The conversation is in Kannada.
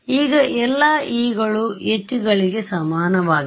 ಈಗ ಎಲ್ಲಾ e ಗಳು ಎಲ್ಲಾ h ಗಳಿಗೆ ಸಮಾನವಾಗಿವೆ